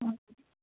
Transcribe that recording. हजुर